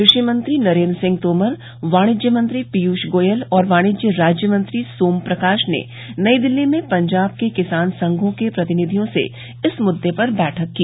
कृषि मंत्री नरेंद्र सिंह तोमर वाणिज्य मंत्री पीयूष गोयल और वाणिज्य राज्य मंत्री सोम प्रकाश ने नई दिल्ली में पंजाब के किसान संघों के प्रतिनिधियों से इस मृद्दे पर बैठक की